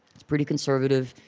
it's pretty conservative.